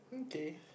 K